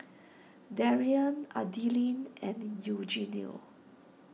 Darien Adilene and Eugenio